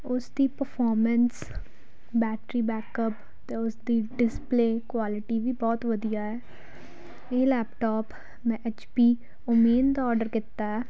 ਉਸ ਦੀ performance battery backup ਅਤੇ ਉਸ ਦੀ ਡਿਸਪਲੇ ਕੁਆਲਿਟੀ ਵੀ ਬਹੁਤ ਵਧੀਆ ਹੈ ਇਹ ਲੈਪਟੋਪ ਮੈਂ ਐੱਚ ਪੀ ਓਮੇਨ ਦਾ ਔਡਰ ਕੀਤਾ